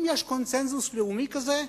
אם יש קונסנזוס לאומי כזה,